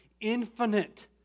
infinite